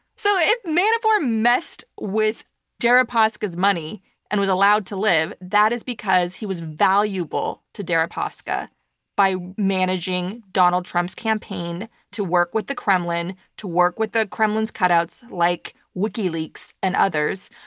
so if manafort messed with deripaska's money and was allowed to live, that is because he was valuable to deripaska by managing donald trump's campaign to work with the kremlin, to work with the kremlin's cutouts like wikileaks and others,